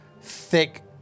thick